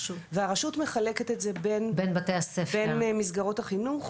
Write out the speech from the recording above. והרשות מחלקת את זה בין מסגרות החינוך